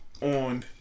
on